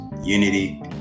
unity